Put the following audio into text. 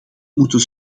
moeten